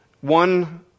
One